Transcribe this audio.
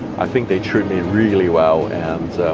i think they treat me really well, and,